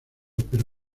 pero